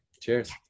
Cheers